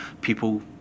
people